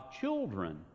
children